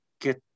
get